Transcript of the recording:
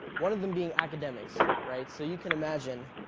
one of them being academics, right? so you can imagine.